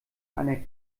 einer